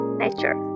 nature